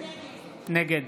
נגד